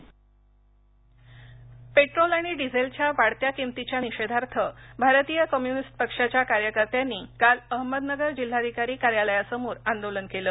आंदोलन पेट्टोल आणि डिझेलच्या वाढत्या किमतीच्या निषेधार्थ भारतीय कम्यूनिस्ट पक्षाच्या कार्यकर्त्यांनी काल अहमदनगर जिल्हाधिकारी कार्यालया समोर आंदोलन केलं